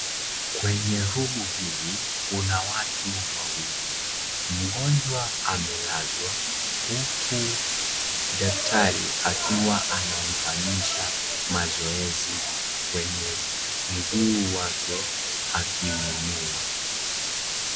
Kwenye room hii kuna watu wawili. Mgonjwa amelazwa huku daktari akiwa anamfanyisha mazoezi kwenye mguu wake akiuinua.